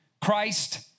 Christ